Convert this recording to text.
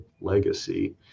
legacy